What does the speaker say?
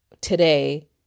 today